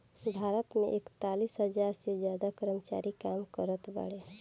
भारत मे एकतालीस हज़ार से ज्यादा कर्मचारी काम करत बाड़े